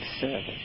service